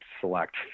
select